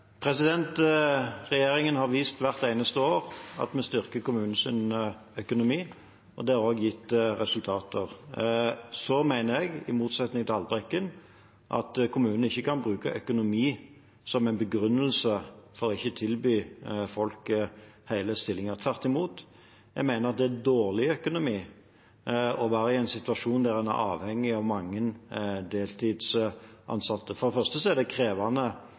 Regjeringen har vist hvert eneste år at vi styrker kommunenes økonomi, og det har også gitt resultater. Så mener jeg, i motsetning til Haltbrekken, at kommunene ikke kan bruke økonomi som en begrunnelse for ikke å tilby folk hele stillinger. Tvert imot, jeg mener at det er dårlig økonomi å være i en situasjon der en er avhengig av mange deltidsansatte. For det første er det krevende